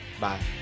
Bye